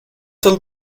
till